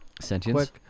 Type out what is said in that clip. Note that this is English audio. Sentience